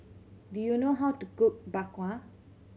do you know how to cook Bak Kwa